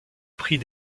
prix